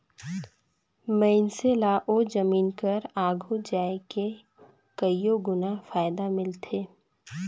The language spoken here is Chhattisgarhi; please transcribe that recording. मइनसे ल ओ जमीन कर आघु जाए के कइयो गुना फएदा मिलथे